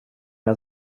med